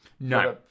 No